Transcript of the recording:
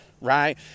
right